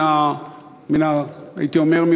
הייתי אומר,